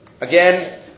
Again